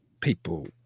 people